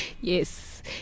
Yes